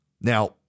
Now